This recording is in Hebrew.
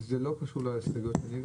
זה לא קשור להסתייגויות שאני הגשתי?